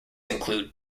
include